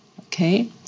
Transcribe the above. Okay